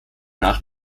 nach